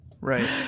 Right